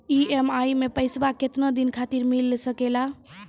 EMI मैं पैसवा केतना दिन खातिर मिल सके ला?